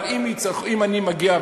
אבל אם אני מגיע,